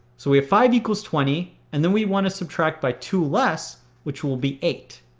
so we have five equals twenty and then we want to subtract by two less which will be eight.